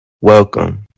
Welcome